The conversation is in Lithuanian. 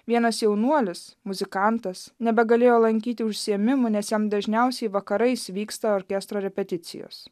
vienas jaunuolis muzikantas nebegalėjo lankyti užsiėmimų nes jam dažniausiai vakarais vyksta orkestro repeticijos